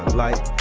like,